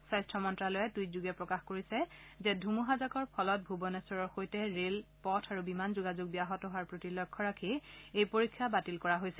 স্বাস্থ্য মন্ত্ৰ্যালয়ে টুইট যোগে প্ৰকাশ কৰিছে যে ধুমুহাজাকৰ ফলত ভুৱনেশ্বৰৰ সৈতে ৰেল পথ আৰু বিমান যোগাযোগ ব্যাহত হোৱাৰ প্ৰতি লক্ষ্য ৰাখি এই পৰীক্ষা বাতিল কৰা হৈছে